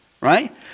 Right